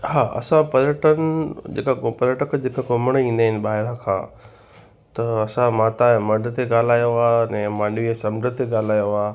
हा असां पर्यटन जेका पोइ पर्यटक जेका घुमण ईंदा आहिनि ॿाहिरां खां त असां माताजे मढ़ ते ॻाल्हायो आहे अने मांडवीअ समुंड ते ॻाल्हायो आहे